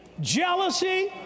jealousy